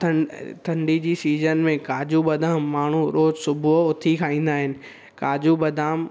ठंड ठंडी जी सीज़न में काजू बदाम माण्हू रोज सुबुह उथी खाईंदा आहिनि काजू बदाम